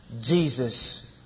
Jesus